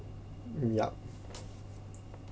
yup